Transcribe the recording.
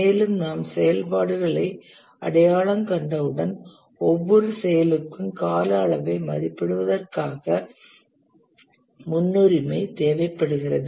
மேலும் நாம் செயல்பாடுகளை அடையாளம் கண்டவுடன் ஒவ்வொரு செயலுக்கும் கால அளவை மதிப்பிடுவதற்காக முன்னுரிமை தேவைப்படுகிறது